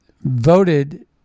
voted